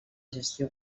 gestió